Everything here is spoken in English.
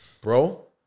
bro